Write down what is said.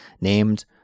named